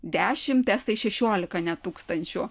dešimt estai šešiolika net tūkstančių